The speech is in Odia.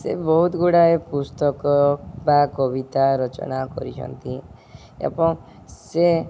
ସେ ବହୁତ ଗୁଡ଼ାଏ ପୁସ୍ତକ ବା କବିତା ରଚନା କରିଛନ୍ତି ଏବଂ ସେ